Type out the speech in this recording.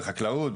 בחקלאות,